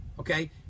Okay